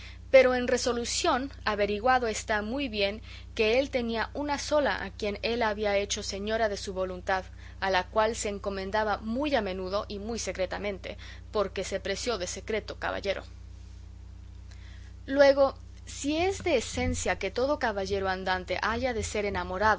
pero en resolución averiguado está muy bien que él tenía una sola a quien él había hecho señora de su voluntad a la cual se encomendaba muy a menudo y muy secretamente porque se preció de secreto caballero luego si es de esencia que todo caballero andante haya de ser enamorado